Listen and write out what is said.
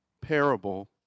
parable